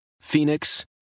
Phoenix